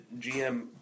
GM